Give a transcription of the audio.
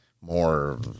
more